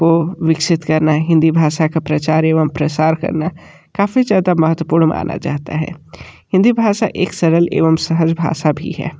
को विकसित करना हिंदी भाषा का प्रचार एवं प्रसार करना काफ़ी ज़्यादा महत्वपूर्ण माना जाता है हिंदी भाषा एक सरल एवं सहज भाषा भी है